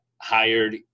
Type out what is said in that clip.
hired